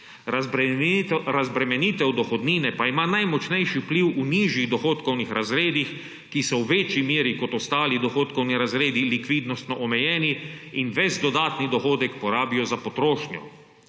Razbremenitev dohodnine pa ima najmočnejši vpliv v nižjih dohodkovnih razredih, ki so v večji meri kot ostali dohodkovni razredi likvidnostno omejeni in ves dodatni dohodek porabijo za potrošnjo.